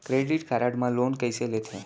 Credit card मा loan कइसे लेथे?